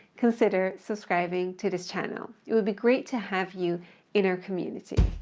consider subscribing to this channel. it will be great to have you in our community.